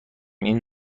این